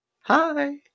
Hi